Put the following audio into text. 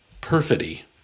perfidy